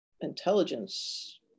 intelligence